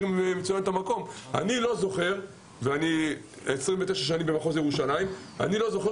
אני כבר 29 שנים במחוז ירושלים ואני לא זוכר